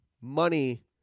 money